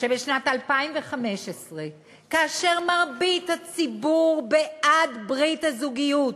שבשנת 2015, כאשר מרבית הציבור בעד ברית הזוגיות,